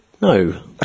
No